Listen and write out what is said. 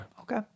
Okay